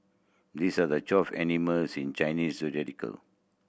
this are the twelve animals in Chinese zodiacal